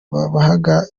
babahaga